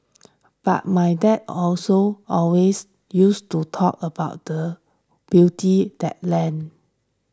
but my dad also always used to talk about the beauty that land